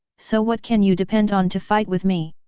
so what can you depend on to fight with me?